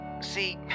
see